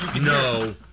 No